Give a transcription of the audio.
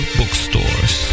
bookstores